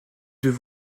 deux